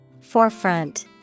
Forefront